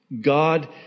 God